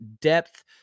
depth